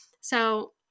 So-